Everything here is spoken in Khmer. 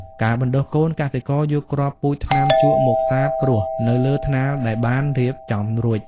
ការបណ្ដុះកូន កសិករយកគ្រាប់ពូជថ្នាំជក់មកសាបព្រោះនៅលើថ្នាលដែលបានរៀបចំរួច។